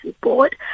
Board